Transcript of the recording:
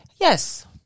Yes